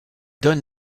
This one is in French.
donne